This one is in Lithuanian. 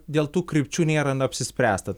dėl tų krypčių nėra na apsispręsta